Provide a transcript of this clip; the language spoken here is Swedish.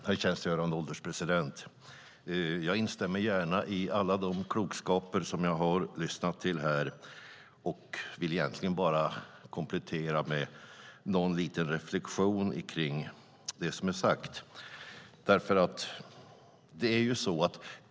Herr ålderspresident! Jag instämmer gärna i all den klokskap som jag har lyssnat till här. Jag vill egentligen bara komplettera med någon liten reflexion kring det som är sagt.